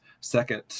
second